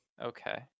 okay